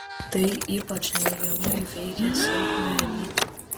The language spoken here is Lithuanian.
tai ypač neigiamai veikia silpnąją lytį